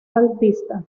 bautista